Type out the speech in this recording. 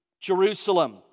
Jerusalem